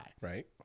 Right